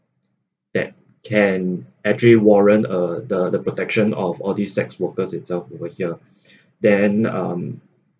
that can actually warrants uh the the protection of all the sex workers itself over here then um